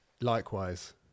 Likewise